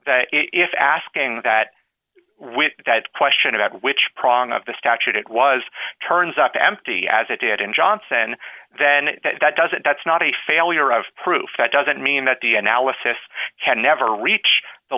if asking that when that question about which prong of the statute it was turns up empty as it did in johnson then that doesn't that's not a failure of proof that doesn't mean that the analysis can never reach the